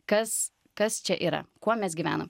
kas kas čia yra kuo mes gyvenam